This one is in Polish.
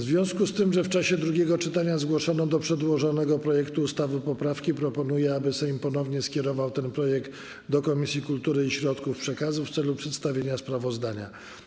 W związku z tym, że w czasie drugiego czytania zgłoszono do przedłożonego projektu ustawy poprawki, proponuję, aby Sejm ponownie skierował ten projekt do Komisji Kultury i Środków Przekazu w celu przedstawienia sprawozdania.